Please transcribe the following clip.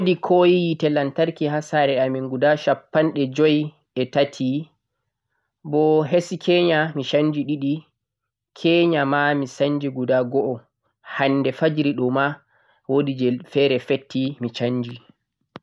Wodi koyi yite lantarki ha sare amin guda shappanɗe joi e tati bo hesikenya mi sanji ɗiɗi, kenya maa mi sanji guda go'o, hande fajiraɗoma wodi je fetti mi sanji